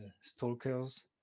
stalkers